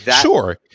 Sure